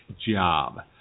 job